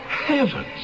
heavens